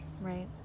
Right